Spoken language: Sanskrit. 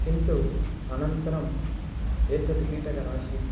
किन्तु अनन्तरम् एतत् कीटकनाशिनि